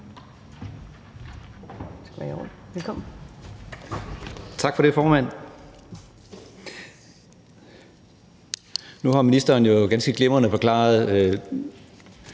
Tak for det, formand. Nu har ministeren jo ganske glimrende forklaret